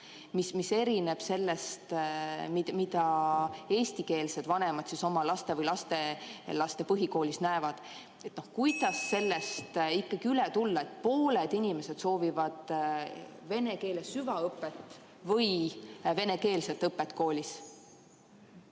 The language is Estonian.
mis erineb sellest, mida eestikeelsed vanemad oma laste või lastelaste põhikoolis soovivad. Kuidas sellest ikkagi üle saada, et pooled inimesed soovivad vene keele süvaõpet või venekeelset õpet koolis?